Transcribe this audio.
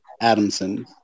Adamson